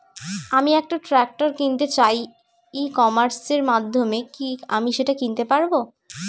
আমি একটা ট্রাক্টর কিনতে চাই ই কমার্সের মাধ্যমে কি আমি সেটা কিনতে পারব?